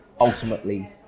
ultimately